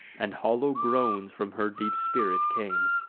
and hollow groans from her deep spirit came.